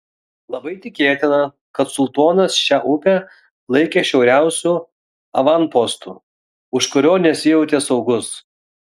labai tikėtina kad sultonas šią upę laikė šiauriausiu avanpostu už kurio nesijautė saugus